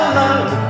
love